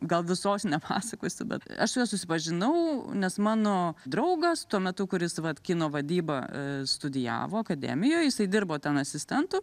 gal visos nepasakosiu bet aš su juo susipažinau nes mano draugas tuo metu kuris vat kino vadybą studijavo akademijoj jisai dirbo ten asistentu